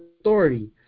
authority